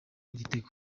igitego